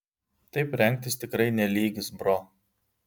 taip rengtis tikrai ne lygis bro